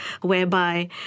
whereby